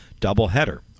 doubleheader